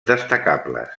destacables